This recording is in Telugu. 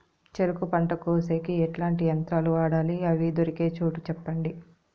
చెరుకు పంట కోసేకి ఎట్లాంటి యంత్రాలు వాడాలి? అవి దొరికే చోటు చెప్పండి?